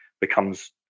becomes